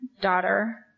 daughter